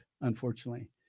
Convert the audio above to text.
unfortunately